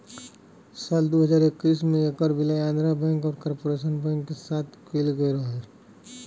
साल दू हज़ार इक्कीस में ऐकर विलय आंध्रा बैंक आउर कॉर्पोरेशन बैंक के साथ किहल गयल रहल